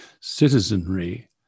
citizenry